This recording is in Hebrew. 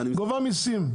גובה מיסים.